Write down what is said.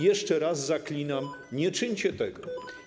Jeszcze raz zaklinam: Nie czyńcie tego.